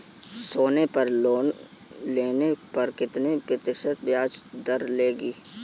सोनी पर लोन लेने पर कितने प्रतिशत ब्याज दर लगेगी?